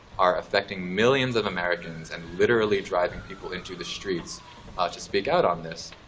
are affecting millions of americans, and literally driving people into the streets ah to speak out on this.